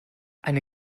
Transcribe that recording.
eine